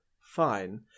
fine